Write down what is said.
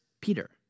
Peter